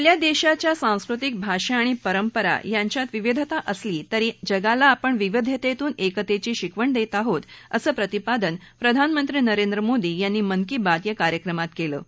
आपल्या देशाच्या संस्कृती भाषा आणि परंपरा यांच्यात विविधता असली तरी जगाला आपण विविधेतून एकतेची शिकवण देत आहोत असं प्रतिपादन प्रधानमंत्री नरेंद्र मोदी यांनी मन की बात या कार्यक्रमात केलं आहे